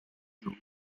giugno